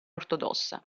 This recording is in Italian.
ortodossa